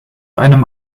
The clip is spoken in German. einem